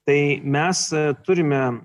tai mes turime